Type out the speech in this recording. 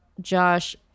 josh